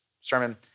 sermon